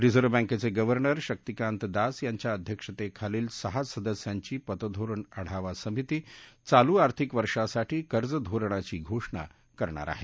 reserve बँकेचे governor Shaktikanta Das यांच्या अध्यक्षतेखालील सहा सदस्यांची पतधोरण आढावा समिती चालू आर्थिक वर्षासाठी कर्ज धोरणाची घोषणा करणार आहे